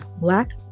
Black